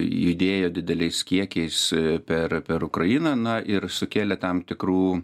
judėjo dideliais kiekiais per per ukrainą na ir sukėlė tam tikrų